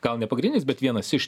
gal ne pagrinis bet vienas iš